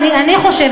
אני חושבת,